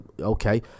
Okay